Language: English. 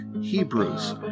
Hebrews